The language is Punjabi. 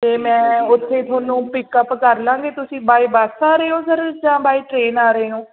ਅਤੇ ਮੈਂ ਉੱਥੇ ਤੁਹਾਨੂੰ ਪਿਕਅਪ ਕਰ ਲਵਾਂਗੇ ਤੁਸੀਂ ਬਾਏ ਬੱਸ ਆ ਰਹੇ ਹੋ ਸਰ ਜਾਂ ਬਾਏ ਟਰੇਨ ਆ ਰਹੇ ਹੋ